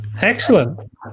Excellent